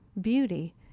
beauty